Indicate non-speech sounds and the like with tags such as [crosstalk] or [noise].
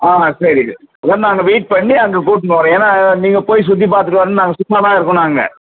ஆ சரி ஒன்று அங்கே வெயிட் பண்ணி அங்கே கூட்டினு வர்றோம் ஏன்னா நீங்கள் போய் சுற்றிப் பார்த்துட்டு வர [unintelligible] நாங்கள் சும்மா தான் இருக்கணும் அங்கே